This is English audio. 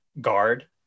guard